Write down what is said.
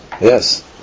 Yes